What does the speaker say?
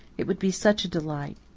it would be such a delight.